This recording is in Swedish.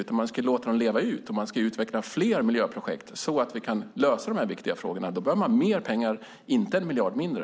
Man ska väl låta dem leva ut och utveckla fler miljöprojekt så att vi kan lösa dessa viktiga frågor. Då behöver man mer pengar, inte 1 miljard mindre.